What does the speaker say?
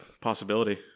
possibility